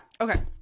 okay